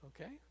Okay